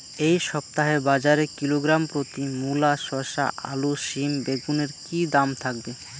এই সপ্তাহে বাজারে কিলোগ্রাম প্রতি মূলা শসা আলু সিম বেগুনের কী দাম থাকবে?